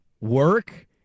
work